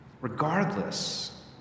Regardless